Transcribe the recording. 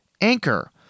Anchor